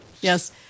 Yes